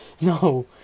no